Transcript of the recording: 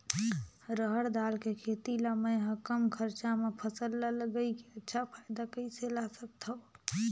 रहर दाल के खेती ला मै ह कम खरचा मा फसल ला लगई के अच्छा फायदा कइसे ला सकथव?